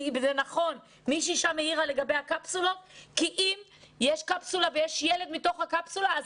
כי אם יש ילד חולה בתוך הקפסולה אז